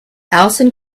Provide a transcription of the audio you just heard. alison